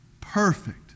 perfect